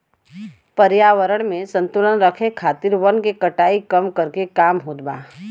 पर्यावरण में संतुलन राखे खातिर वन के कटाई कम करके काम होत बा